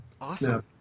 awesome